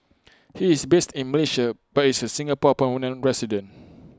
he is based in Malaysia but is A Singapore permanent resident